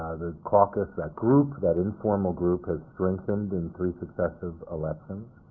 the caucus, that group, that informal group has strengthened in three successive elections,